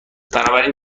بنابراین